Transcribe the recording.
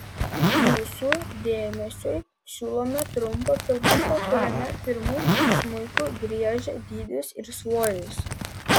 jūsų dėmesiui siūlome trumpą filmuką kuriame pirmu smuiku griežia dydis ir svoris